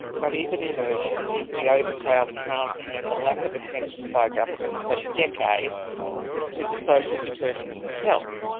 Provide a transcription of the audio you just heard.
but even in urban, is the overcrowded housing and the lack of attention by governments for decades to the social determinants of health.